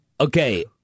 Okay